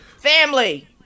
Family